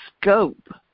scope